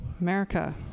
America